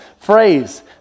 phrase